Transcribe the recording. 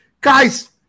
guys